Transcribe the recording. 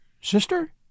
sister